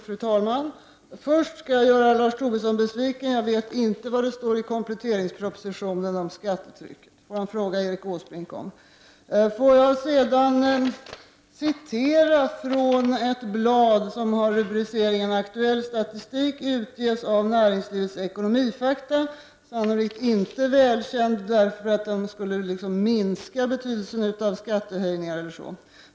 Fru talman! Först skall jag göra Lars Tobisson besviken. Jag vet inte vad det står i kompletteringspropositionen om skattetrycket. Det får han fråga Erik Åsbrink om. Får jag sedan läsa ur ett blad, Aktuell statistik, som utges av Näringslivets Ekonomifakta. Det rör sig sannolikt inte om någonting som är välkänt, eftersom det hela går ut på att betydelsen av skattehöjningar skulle minska.